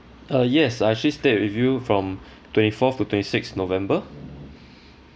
uh yes I actually stayed with you from twenty fourth to twenty sixth november